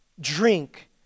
drink